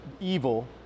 evil